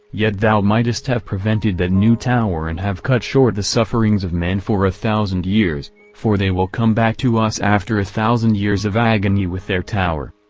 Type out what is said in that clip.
yet thou mightest have prevented that new tower and have cut short the sufferings of men for a thousand years for they will come back to us after a thousand years of agony with their tower.